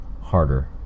harder